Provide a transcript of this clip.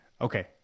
Okay